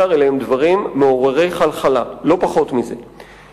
כבוד השר ישיב על שאילתא דחופה של חבר הכנסת אחמד טיבי,